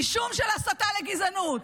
אישום של הסתה לגזענות.